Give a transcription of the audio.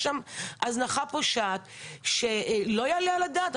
יש שם הזנחה פושעת שלא יעלה על הדעת.